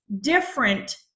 different